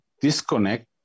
disconnect